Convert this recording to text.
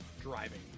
driving